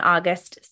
August